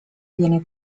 viene